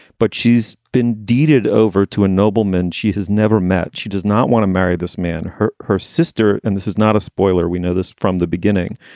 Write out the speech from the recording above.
but she's been deeded over to a nobleman. she has never met. she does not want to marry this man. her her sister. and this is not a spoiler. we know this from the beginning